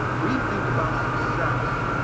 we think about success.